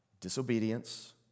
disobedience